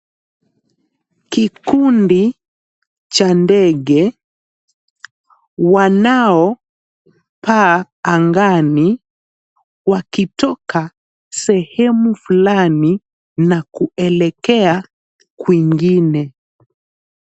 Kikundi cha ndege wanaopaa angani wakitoka sehemu fulani na kuelekea kwingine.